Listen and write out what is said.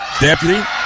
Deputy